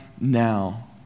now